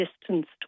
distanced